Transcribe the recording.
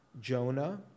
Jonah